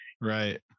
Right